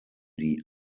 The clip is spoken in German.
die